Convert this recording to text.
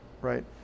right